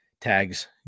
Tags